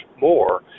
More